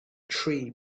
tree